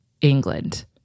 England